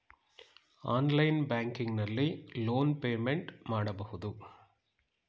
online banking ನಲ್ಲಿ loan payment ಮಾಡಬಹುದು